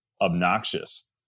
obnoxious